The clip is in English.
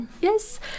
Yes